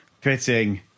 pitting